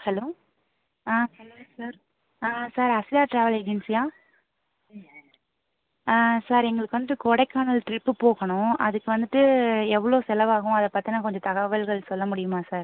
hello hello sir sir Akshaya travel ஏஜென்சியா ஆ sir எங்களுக்கு வந்துவிட்டு கொடைக்கானல் ட்ரிப்பு போகணும் அதுக்கு வந்துவிட்டு எவ்வளோ செலவாகும் அதை பத்தின கொஞ்சம் தகவல்கள் சொல்ல முடியுமா சார்